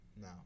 No